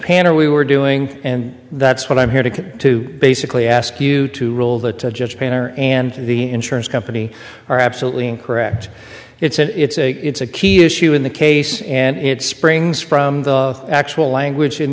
panel we were doing and that's what i'm here to to basically ask you to rule the judge painter and the insurance company are absolutely correct it's an it's a it's a key issue in the case and it springs from the actual language in